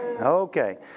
okay